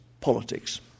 politics